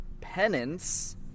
Penance